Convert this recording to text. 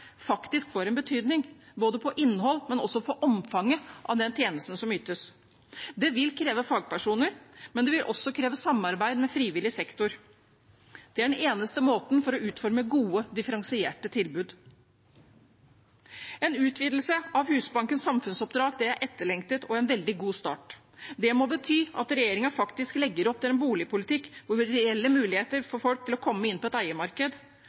faktisk får en betydning, både i innhold og i omfanget av den tjenesten som ytes. Det vil kreve fagpersoner, og det vil også kreve samarbeid med frivillig sektor. Det er den eneste måten å utforme gode, differensierte tilbud på. En utvidelse av Husbankens samfunnsoppdrag er etterlengtet og en veldig god start. Det må bety at regjeringen faktisk legger opp til en boligpolitikk med reelle muligheter for folk til å komme inn på et